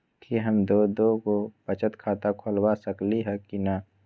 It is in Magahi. कि हम दो दो गो बचत खाता खोलबा सकली ह की न?